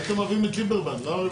אחרי ההפסקה נתייחס לזה?